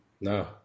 No